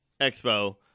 Expo